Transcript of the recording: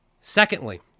Secondly